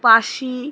পাশি